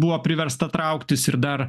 buvo priversta trauktis ir dar